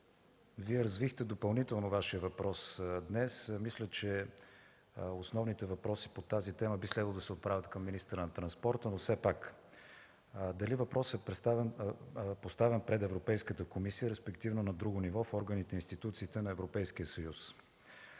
днес развихте допълнително Вашия въпрос. Мисля, че основните въпроси по тази тема би следвало да се отправят към министъра на транспорта, но все пак. Дали въпросът е поставен пред Европейската комисия, респективно на друго ниво в органите и институциите на Европейския съюз?